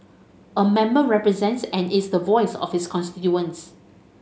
a member represents and is the voice of his constituents